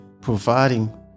providing